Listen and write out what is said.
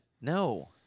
No